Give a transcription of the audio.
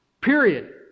Period